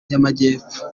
y’amajyepfo